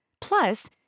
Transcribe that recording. plus